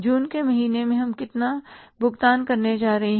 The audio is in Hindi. जून के महीने में हम कितना भुगतान करने जा रहे हैं